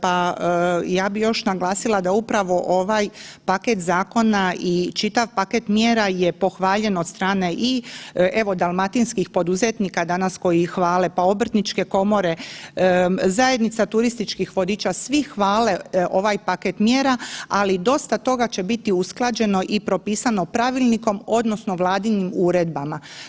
Pa, ja bih još naglasila da upravo ovaj paket zakona i čitav paket mjera je pohvaljen od strane i evo, dalmatinskih poduzetnika danas koji ih hvale, pa Obrtničke komore, Zajednica turističkih vodiča, svi hvale ovaj paket mjera, ali dosta toga će biti usklađeno i propisano pravilnikom odnosno Vladinim uredbama.